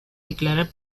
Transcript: declarar